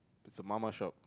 it's a mama shop